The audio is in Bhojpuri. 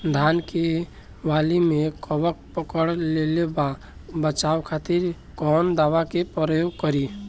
धान के वाली में कवक पकड़ लेले बा बचाव खातिर कोवन दावा के प्रयोग करी?